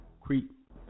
Creep